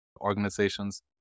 organizations